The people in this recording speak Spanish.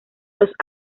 los